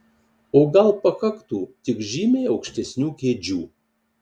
o gal pakaktų tik žymiai aukštesnių kėdžių